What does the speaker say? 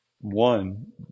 One